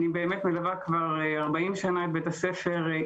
אני באמת מלווה כבר 40 שנה את בית הספר,